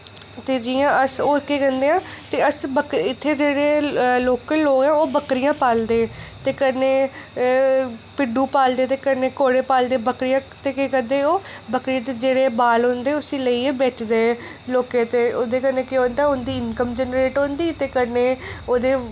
ते जि'यां अस और केह् करने आं ते अस बक इत्थै जेह्ड़े लोकल लोक ऐं ओह् बकरियां पालदे ते कन्नै भिड्डू पालदे ते कन्नै घोड़े पालदे बकरियां ते केह् करदे ओ बकरियें दे जेह्ड़े बाल होंदे उस्सी लेइयै बेचदे लोकें ते उदे कन्नै केह् होंदा उंदी इनकम जनरेट होंदी ते कन्नै ओह्दे